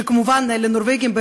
שכמובן לנורבגים,